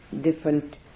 different